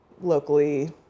locally